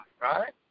right